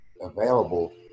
available